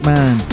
Man